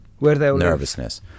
nervousness